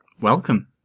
Welcome